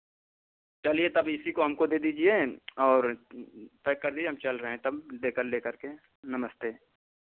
चलिए तो अब इसी को हमको दे दीजिए और पैक कर दीजिए हम चल रहे हैं तब देकर लेकर के नमस्ते